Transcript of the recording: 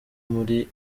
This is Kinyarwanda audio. muri